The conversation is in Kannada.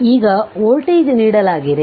ಈಗ ವೋಲ್ಟೇಜ್ ನೀಡಲಾಗಿದೆ